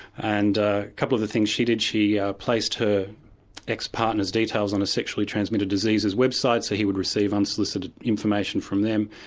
and a couple of the things she did, she ah placed her ex-partner's details on a sexually transmitted diseases website so he would receive unsolicited information from them.